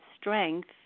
strength